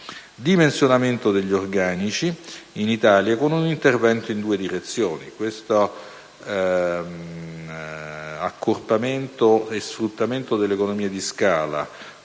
dimensionamento degli organici, in Italia, con un intervento in due direzioni. L'accorpamento e lo sfruttamento delle economie di scala,